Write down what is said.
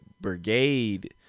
brigade